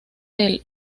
del